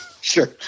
Sure